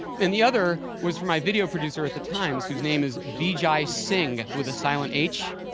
and and the other was from my video producer at the times, whose name is vijaiy singh, with the silent h.